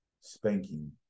spanking